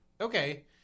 okay